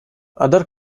other